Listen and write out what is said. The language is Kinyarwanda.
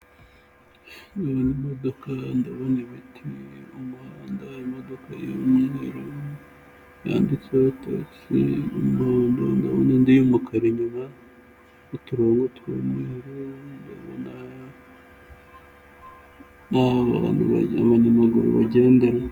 Ndabona imodoka, ndabona ibiti, umuhanda, imodoka y'umweru yanditseho tagisi y'umuhondo, ndabona indi y'umukara inyuma, uturongo tw'umweru, ndabona n'ahantu abanyamaguru bagendera.